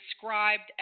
described